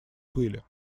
пыли